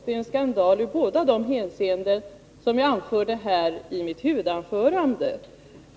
Det är en skandal i båda de hänseenden som jag nämnde i mitt huvudanförande.